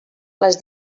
les